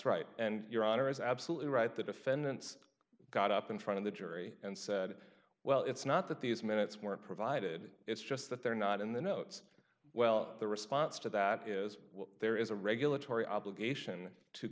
right and your honor is absolutely right the defendants got up in front of the jury and said well it's not that these minutes weren't provided it's just that they're not in the notes well the response to that is there is a regulatory obligation to